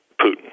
Putin